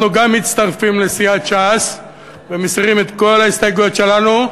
גם אנחנו מצטרפים לסיעת ש"ס ומסירים את כל ההסתייגויות שלנו,